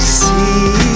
see